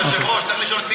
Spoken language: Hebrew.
צריך לשאול את מיקי,